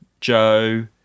Joe